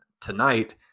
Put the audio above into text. tonight